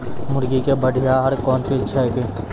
मुर्गी के बढ़िया आहार कौन चीज छै के?